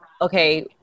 okay